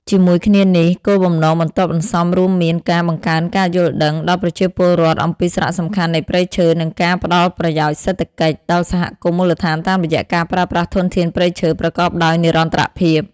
ជាមួយគ្នានេះ គោលបំណងបន្ទាប់បន្សំរួមមានការ បង្កើនការយល់ដឹង ដល់ប្រជាពលរដ្ឋអំពីសារៈសំខាន់នៃព្រៃឈើ និងការ ផ្ដល់ប្រយោជន៍សេដ្ឋកិច្ច ដល់សហគមន៍មូលដ្ឋានតាមរយៈការប្រើប្រាស់ធនធានព្រៃឈើប្រកបដោយនិរន្តរភាព។